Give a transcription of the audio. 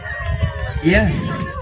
yes